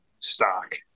stock